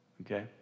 Okay